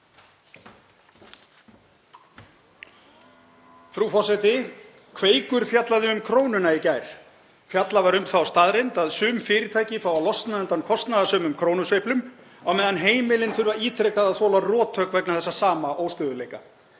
Frú forseti. Kveikur fjallaði um krónuna í gær. Fjallað var um þá staðreynd að sum fyrirtæki fá að losna undan kostnaðarsömum krónusveiflum á meðan heimilin þurfa ítrekað að þola rothögg vegna þessa sama óstöðugleika.